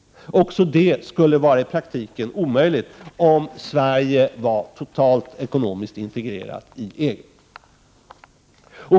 Också det skulle vara i praktiken omöjligt om Sverige var totalt ekonomiskt integrerat i EG.